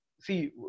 see